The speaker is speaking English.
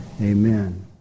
Amen